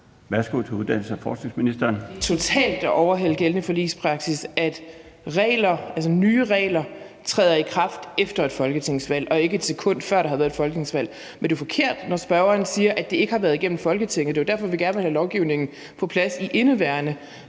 Kl. 13:58 Uddannelses- og forskningsministeren (Christina Egelund): Det er totalt at overholde gældende forligspraksis, at regler, altså nye regler, træder i kraft efter et folketingsvalg, og ikke et sekund før der har været et folketingsvalg. Men det er jo forkert, når spørgeren siger, at den ikke har været igennem Folketinget. Det er jo derfor, vi gerne vil have lovgivningen på plads i indeværende